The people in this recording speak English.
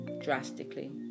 Drastically